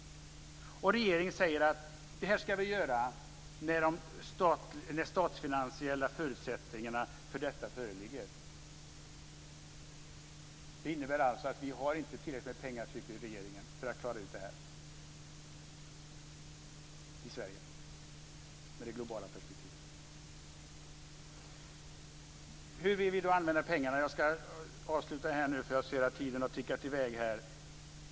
Regeringen säger att det här ska göras när de statsfinansiella förutsättningarna för detta föreligger. Det innebär att regeringen menar att vi i Sverige inte har tillräckligt med pengar för att klara det här med det globala perspektivet. Hur vill vi då använda pengarna?